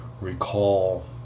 recall